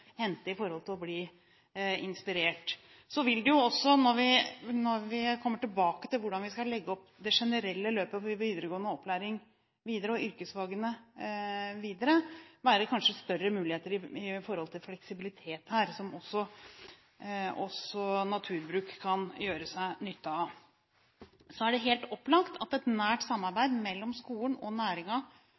hente når det gjelder å bli inspirert. Så vil det jo også, når vi kommer tilbake til hvordan vi skal legge opp det generelle løpet for videregående opplæring og yrkesfagene videre, kanskje være større muligheter med hensyn til fleksibilitet her, som også naturbruk kan gjøre seg nytte av. Det er også helt opplagt at et nært samarbeid mellom skolen og